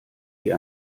wie